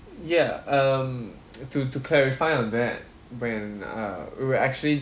ya um to to clarify on that when uh when we actually